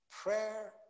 Prayer